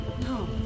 No